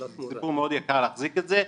זה סיפור מאוד יקר להחזיק את זה,